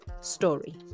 story